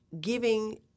giving